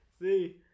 See